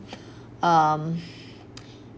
um